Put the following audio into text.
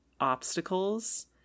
obstacles